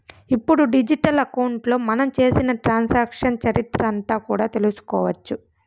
ఇప్పుడు డిజిటల్ అకౌంట్లో మనం చేసిన ట్రాన్సాక్షన్స్ చరిత్ర అంతా కూడా తెలుసుకోవచ్చు